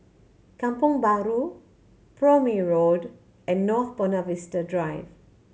Kampong Bahru Prome Road and North Buona Vista Drive